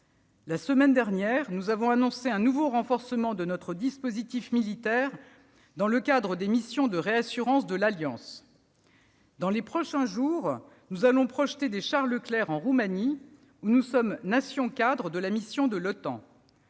La semaine dernière, nous avons annoncé un nouveau renforcement de notre dispositif militaire dans le cadre des missions de réassurance de l'Alliance. Dans les prochains jours, nous allons projeter des chars Leclerc en Roumanie, où nous sommes nation-cadre de la mission de l'Otan.